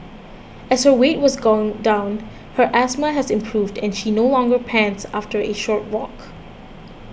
as her weight has gone down her asthma has improved and she no longer pants after a short walk